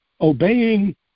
obeying